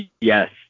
Yes